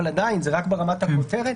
אבל עדיין זה רק ברמת הכותרת.